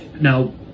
now